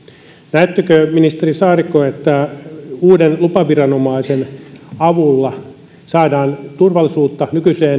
näettekö ministeri saarikko että uuden lupaviranomaisen avulla saadaan turvallisuutta